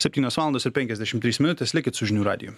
septynios valandos ir penkiasdešim trys minutės likit su žinių radiju